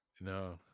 No